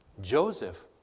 Joseph